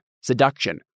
seduction